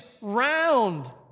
round